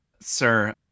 sir